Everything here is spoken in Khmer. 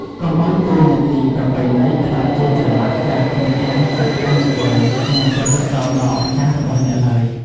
កុំឱ្យតួនាទីប្រពៃណីក្លាយជា "ច្រវ៉ាក់" ដែលឃុំឃាំងសក្តានុពល និងទេពកោសល្យដ៏អស្ចារ្យរបស់អ្នកឡើយ។